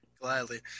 Gladly